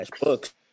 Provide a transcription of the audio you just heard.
books